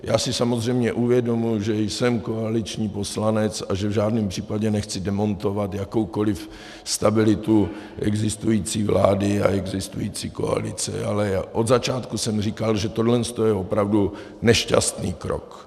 Já si samozřejmě uvědomuji, že jsem koaliční poslanec a že v žádném případě nechci demontovat jakoukoliv stabilitu existující vlády a existující koalice, ale od začátku jsem říkal, že tohle je opravdu nešťastný krok.